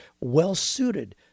well-suited